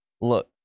look